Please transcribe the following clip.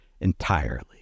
entirely